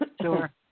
Sure